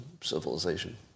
civilization